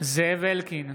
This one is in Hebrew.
זאב אלקין,